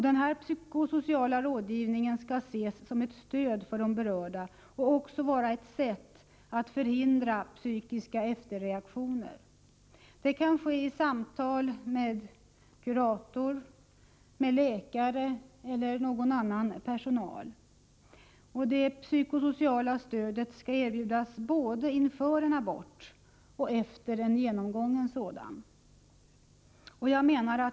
Denna psykosociala rådgivning skall ses som ett stöd för de berörda och också vara ett sätt att förhindra psykiska efterreaktioner. Det kan ske i samtal med kurator, läkare eller annan personal på området. Det psykosociala stödet skall erbjudas både inför en abort och efter en genomgången sådan.